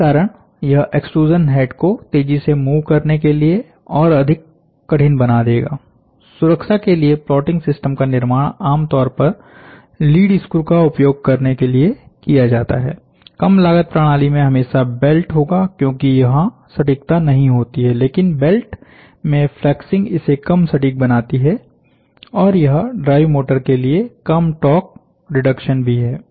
इस कारण यह एक्सट्रूज़न हेड को तेजी से मूव करने के लिए और अधिक कठिन बना देगा सुरक्षा के लिए प्लॉटिंग सिस्टम का निर्माण आमतौर पर लीड़ स्क्रु का उपयोग करके किया जाता है कम लागत प्रणाली में हमेशा बैल्ट होगा क्योंकि यहां सटिकता नहीं होती हैलेकिन बेल्ट में फ्लेक्सिंग इसे कम सटिक बनाती और यह ड्राइव मोटर के लिए कम टॉर्क रिडक्शन भी है